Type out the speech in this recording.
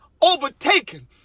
overtaken